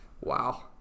Wow